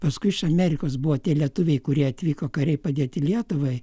paskui iš amerikos buvo tie lietuviai kurie atvyko kariai padėti lietuvai